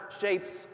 shapes